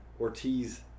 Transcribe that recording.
Ortiz